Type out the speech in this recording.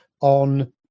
on